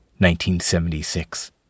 1976